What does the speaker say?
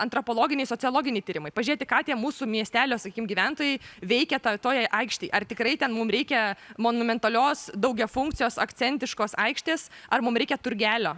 antropologiniai sociologiniai tyrimai pažiūrėti ką tie mūsų miestelio sakykim gyventojai veikė toj toj aikštėj ar tikrai ten mum reikia monumentalios daugiafunkcės akcentiškos aikštės ar mum reikia turgelio